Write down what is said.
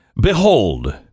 Behold